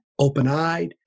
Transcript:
open-eyed